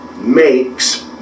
makes